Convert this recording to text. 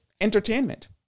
entertainment